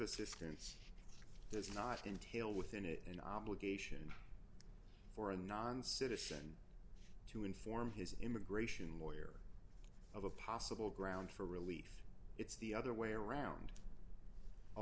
assistance there's not in tail within it an obligation for a non citizen to inform his immigration lawyer of a possible ground for relief it's the other way around a